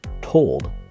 told